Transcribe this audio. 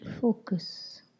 focus